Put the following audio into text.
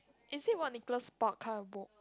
is it what Nicholas-Spark kind of book